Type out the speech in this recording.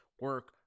Work